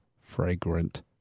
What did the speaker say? fragrant